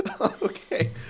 Okay